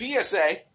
PSA